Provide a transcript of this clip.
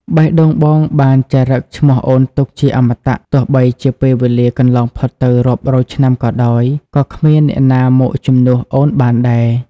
បេះដូងបងបានចារឹកឈ្មោះអូនទុកជាអមតៈ ទោះបីជាពេលវេលាកន្លងផុតទៅរាប់រយឆ្នាំក៏ដោយ ក៏គ្មានអ្នកណាមកជំនួសអូនបានដែរ។